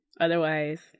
Otherwise